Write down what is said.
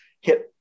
hit